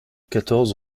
quatorze